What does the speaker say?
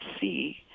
see